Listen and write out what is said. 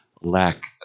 lack